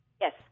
Yes